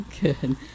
Good